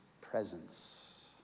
presence